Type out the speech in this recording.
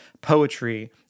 poetry